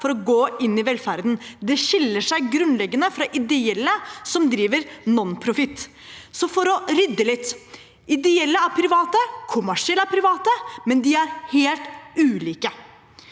for å gå inn i velferden. Det skiller seg grunnleggende fra ideelle, som driver nonprofit. Så for å rydde litt: Ideelle er private, kommersielle er private, men de er helt ulike.